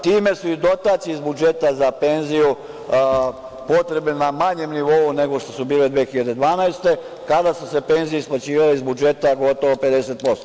Time su i dotacije iz budžeta za penziju potrebe na manjem nivou nego što su bile 2012. godine, kada su se penzije isplaćivale iz budžeta gotovo 50%